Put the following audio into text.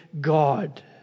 God